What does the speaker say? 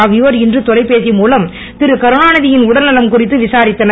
ஆகியோர் இன்று தொலைபேசி மூலம் திருகருணாநிதி யின் உடல்நலம் குறித்து விசாரித்தனர்